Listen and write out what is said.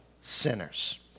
sinners